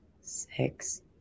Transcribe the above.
six